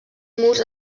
murs